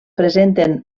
presenten